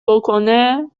بکنه